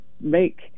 make